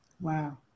Wow